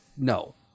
No